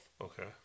Okay